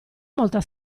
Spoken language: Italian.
molta